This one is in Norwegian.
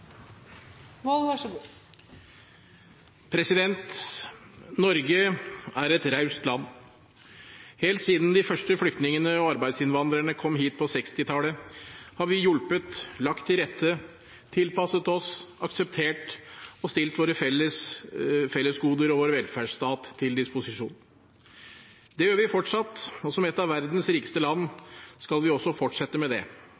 Norge er et raust land. Helt siden de første flyktningene og arbeidsinnvandrerne kom hit på 1960-tallet, har vi hjulpet, lagt til rette, tilpasset oss, akseptert og stilt våre fellesgoder og vår velferdsstat til disposisjon. Det gjør vi fortsatt, og som et av verdens rikeste land skal vi også fortsette med det. Spørsmålet er bare i hvilket omfang. Vi snakker alltid om bærekraft. Men når det